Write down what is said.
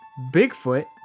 Bigfoot